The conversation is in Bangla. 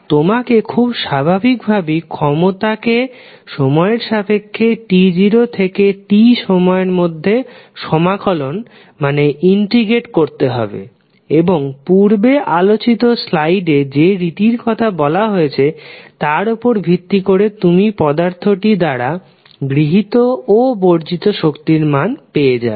তোমাকে খুব স্বাভাবিক ভাবেই ক্ষমতা কে সময়ের সাপেক্ষে t0 থেকে t সময়ের মধ্যে সমাকলন করতে হবে এবং পূর্ব আলোচিত স্লাইড এ যে রীতির কথা বলা হয়েছে তার উপর ভিত্তি করে তুমি পদার্থটির দ্বারা গৃহীত ও বর্জিত শক্তির মান পেয়ে যাবে